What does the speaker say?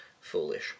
foolish